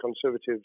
Conservatives